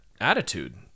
attitude